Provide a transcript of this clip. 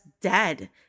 dead